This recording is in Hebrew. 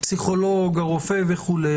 פסיכולוג וכולי,